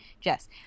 Jess